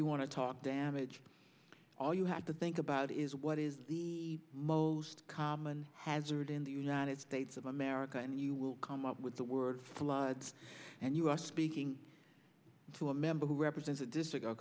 you want to talk damage all you have to think about is what is the most common hazard in the united states of america and you will come up with the word floods and you are speaking to a member who represents a district of